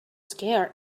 scared